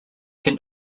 can